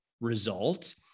result